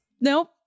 Nope